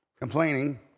Complaining